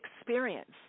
experience